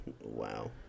Wow